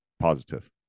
positive